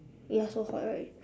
ya so hot right